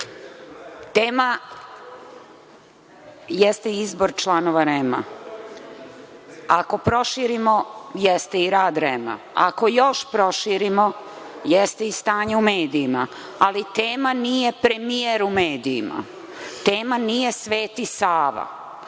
Tema jeste izbor članova REM-a, ako proširimo jeste i rad REM-a, ako još proširimo jeste i stanje u medijima, ali tema nije premijer u medijima, tema nije Sveti Sava,